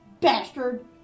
bastard